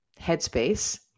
Headspace